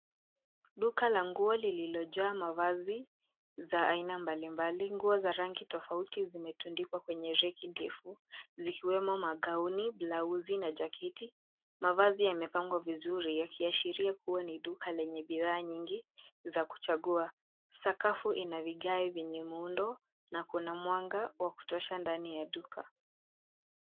Duka la nguo lililojaa mavazi za aina mbalimbali. Nguo za rangi tofauti zimetundikwa kwenye reki ndefu zikiwemo magauni, blauzi na jaketi. Mavazi yamepangwa vizuri, yakiashiria kuwa ni duka lenye bidhaa nyingi za kuchagua. Sakafu ina vigae vyenye muundo na kuna mwanga wa kutosha ndani ya duka.